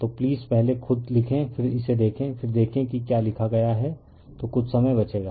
तो प्लीज पहले खुद लिखें फिर इसे देखें फिर देखें कि क्या लिखा गया है तो कुछ समय बचेगा